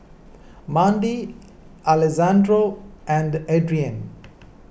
Mandi Alessandro and Adrianne